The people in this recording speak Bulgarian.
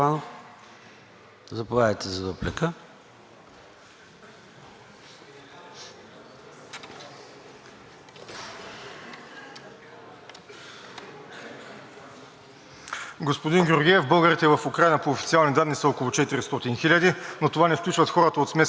Господин Георгиев, българите в Украйна по официални данни са около 400 хиляди, но това не включва хората от смесените бракове. Когато през месец април 2014 г. изпълняващият функциите на държавен глава